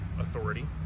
authority